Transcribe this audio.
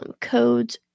codes